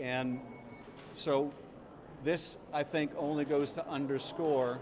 and so this i think only goes to underscore